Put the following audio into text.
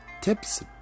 tips